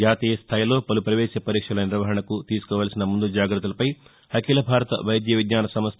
జాతీయస్థాయిలో పలు ప్రవేశ పరీక్షల నిర్వహణకు తీసుకోవాల్సిన ముందుజాగ్రత్తలపై అఖిల భారత వైద్య విజ్ఞాన సంస్ల